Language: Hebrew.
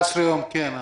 24 יום, כן.